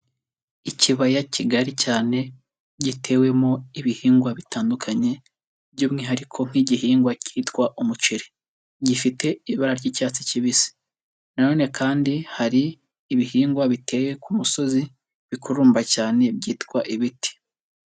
Ikibaya kigari cyane, gitewemo ibihingwa bitandukanye, by'umwihariko nk'igihingwa cyitwa umuceri. Gifite ibara ry'icyatsi kibisi. Na none kandi hari ibihingwa biteye ku musozi bikururumba cyane byitwa ibiti.